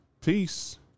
peace